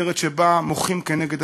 מחתרת שבה מוחים כנגד